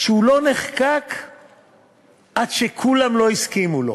שלא נחקק עד שכולם הסכימו לו,